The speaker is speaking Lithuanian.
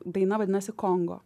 daina vadinosi kongo